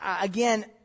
Again